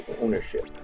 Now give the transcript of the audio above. ownership